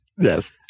Yes